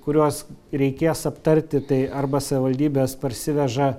kuriuos reikės aptarti tai arba savivaldybės parsiveža